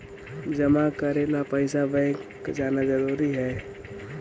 जमा करे ला पैसा बैंक जाना जरूरी है?